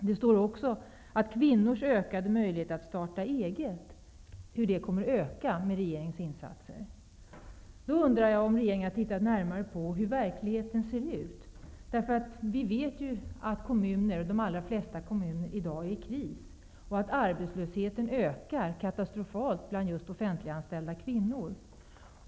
Det står också att kvinnors möjlighet att starta eget kommer att öka med regeringens insatser. Då undrar jag om regeringen har tittat närmare på hur verkligheten ser ut. Vi vet att de allra flesta kommuner i dag befinner sig i kris och att arbetslösheten ökar katastrofalt bland just offentliganställda kvinnor.